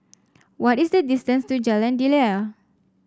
what is the distance to Jalan Daliah